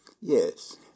Yes